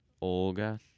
Olga